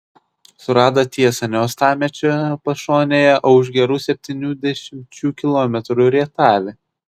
surado tiesa ne uostamiesčio pašonėje o už gerų septynių dešimčių kilometrų rietave